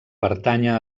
pertànyer